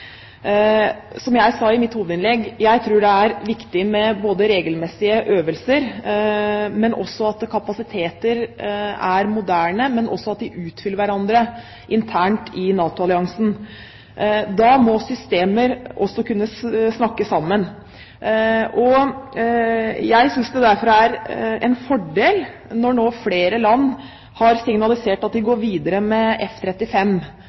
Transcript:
Som jeg sa i mitt hovedinnlegg, tror jeg det er viktig med både regelmessige øvelser, at kapasiteter er moderne, og at de utfyller hverandre internt i NATO-alliansen. Da må systemer også kunne «snakke sammen». Jeg synes det derfor er en fordel når nå flere land har signalisert at de går videre med